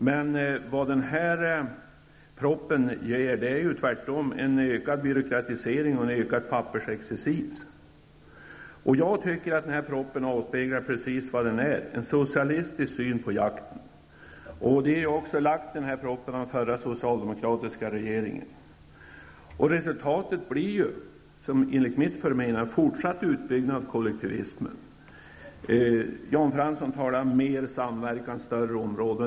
Men den här propositionen ger ju tvärtom en ökad byråkratisering och en ökad pappersexercis. Den här propositionen avspeglar precis vad det är fråga om , nämligen en socialistisk syn på jakten. Den är ju också lagd av den förra socialdemokratiska regeringen. Resultatet blir, enligt mitt förmenande, en fortsatt utbyggnad av kollektivismen. Jan Fransson talar om mer samverkan och större områden.